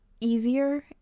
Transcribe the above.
easier